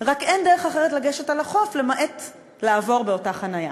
רק שאין דרך אחרת לגשת אל החוף אלא לעבור אותה חניה.